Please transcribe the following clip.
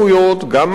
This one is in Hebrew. גם מעמד,